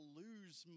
lose